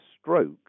stroke